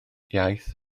iaith